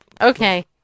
Okay